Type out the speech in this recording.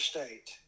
State